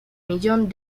millón